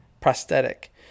Prosthetic